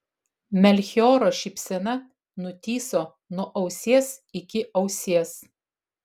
melchioro šypsena nutįso nuo ausies iki ausies